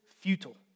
futile